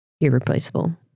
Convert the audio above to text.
irreplaceable